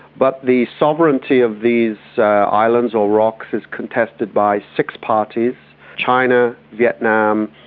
but the sovereignty of these islands or rocks is contested by six parties china, vietnam,